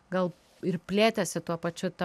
gal ir plėtėsi tuo pačiu ta